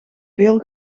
veel